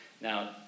Now